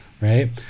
right